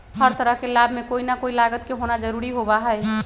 हर तरह के लाभ में कोई ना कोई लागत के होना जरूरी होबा हई